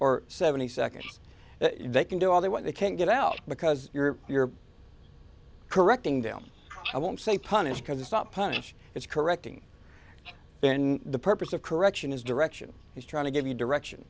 or seventy seconds they can do all they want they can't get out because you're you're correcting them i won't say punish because it's not punish it's correcting then the purpose of correction is direction he's trying to give you direction